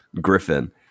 Griffin